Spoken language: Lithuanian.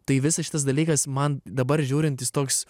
tai visas šitas dalykas man dabar žiūrinti jis toks